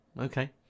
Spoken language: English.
okay